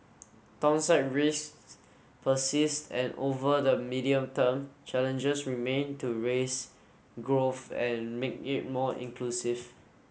downside risks persist and over the medium term challenges remain to raise growth and make it more inclusive